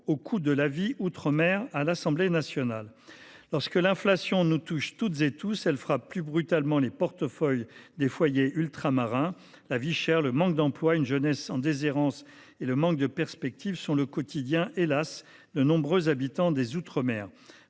au coût de la vie outre mer. Lorsque l’inflation nous touche toutes et tous, elle frappe plus brutalement les portefeuilles des foyers ultramarins. La vie chère, le manque d’emploi, une jeunesse en déshérence et le manque de perspectives sont le quotidien – hélas !– de nombreux habitants des outre mer.